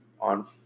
on